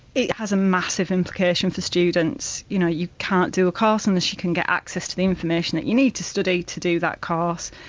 it has a massive implication for students. you know you can't do a course unless you can get access to the information that you need to study to do that course.